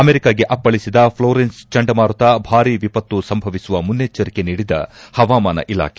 ಅಮೆರಿಕಗೆ ಅಪ್ಪಳಿಬದ ಪ್ಲೊರೆನ್ಸ್ ಚಂಡಮಾರುತ ಭಾರಿ ವಿಪತ್ತು ಸಂಭವಿಸುವ ಮುನ್ನೆಚ್ಚರಿಕೆ ನೀಡಿದ ಹವಾಮಾನ ಇಲಾಖೆ